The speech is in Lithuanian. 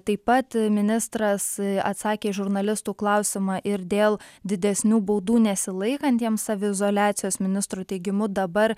taip pat ministras atsakė į žurnalistų klausimą ir dėl didesnių baudų nesilaikantiems saviizoliacijos ministro teigimu dabar